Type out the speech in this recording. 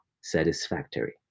satisfactory